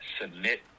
submit